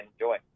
enjoy